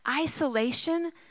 isolation